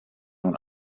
nun